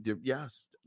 Yes